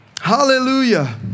Hallelujah